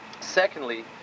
Secondly